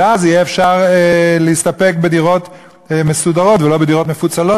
ואז יהיה אפשר להסתפק בדירות מסודרות ולא בדירות מפוצלות,